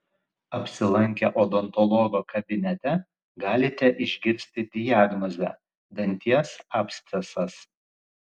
apsilankę odontologo kabinete galite išgirsti diagnozę danties abscesas